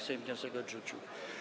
Sejm wniosek odrzucił.